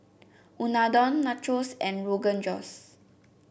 Unadon Nachos and Rogan Josh